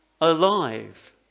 alive